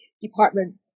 department